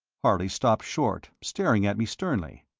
harley stopped short, staring at me sternly.